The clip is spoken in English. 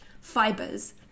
fibers